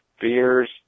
beers